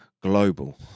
global